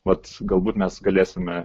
vat galbūt mes galėsime